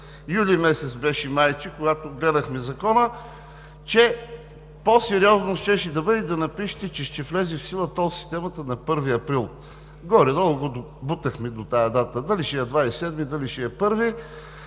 юли месец беше май, когато гледахме Закона, че по-сериозно щеше да бъде да напишете, че ще влезе в сила тол системата на 1 април. Горе-долу го добутахме до тази дата – дали ще е 27-ми, дали ще е